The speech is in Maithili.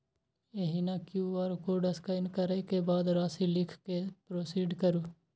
एहिना क्यू.आर कोड स्कैन करै के बाद राशि लिख कें प्रोसीड करू